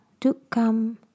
Dukam